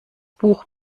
buch